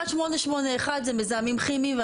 1881 זה מזהמים כימיים.